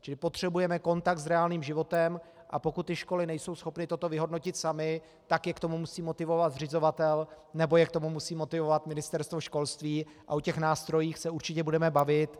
Čili potřebujeme kontakt s reálným životem, a pokud školy nejsou schopny toto vyhodnotit samy, tak je k tomu musí motivovat zřizovatel nebo je k tomu musí motivovat Ministerstvo školství, a o těch nástrojích se určitě budeme bavit.